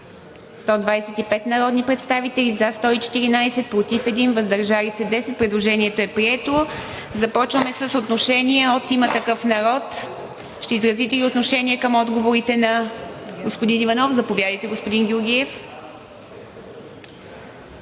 125 народни представители: за 114, против 1, въздържали се 10. Предложението е прието. Започваме с отношение от „Има такъв народ“. Ще изразите ли отношение към отговорите на господин Иванов? Заповядайте, господин Георгиев.